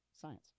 science